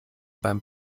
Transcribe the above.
beim